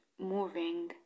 moving